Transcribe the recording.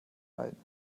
halten